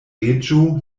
reĝo